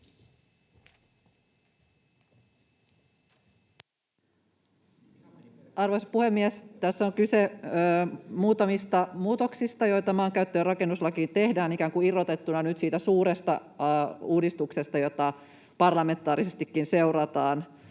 Arvoisa puhemies! Tässä on kyse muutamista muutoksista, joita maankäyttö- ja rakennuslakiin tehdään ikään kuin irrotettuna nyt siitä suuresta uudistuksesta, jota parlamentaarisestikin seurataan.